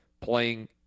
playing